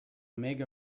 mega